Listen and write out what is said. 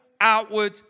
outward